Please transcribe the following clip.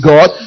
God